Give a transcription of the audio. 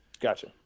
Gotcha